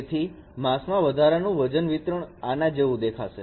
તેથી માસ્ક માં વધારાનું વજન વિતરણ આના જેવું દેખાશે